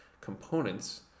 components